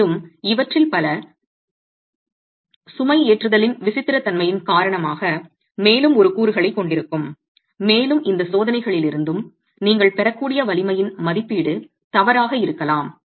மேலும் இவற்றில் பல சுமை ஏற்றுதலின் விசித்திரத்தன்மையின் காரணமாக மேலும் ஒரு கூறுகளைக் கொண்டிருக்கும் மேலும் இந்தச் சோதனைகளிலிருந்தும் நீங்கள் பெறக்கூடிய வலிமையின் மதிப்பீடு தவறாக இருக்கலாம்